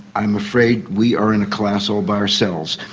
i'm afraid we are in a class all by ourselves,